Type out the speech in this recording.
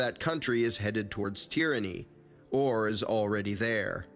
that country is headed towards tyranny or is already there